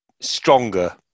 stronger